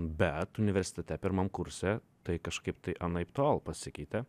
bet universitete pirmam kurse tai kažkaip tai anaiptol pasikeitė